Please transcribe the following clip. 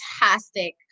fantastic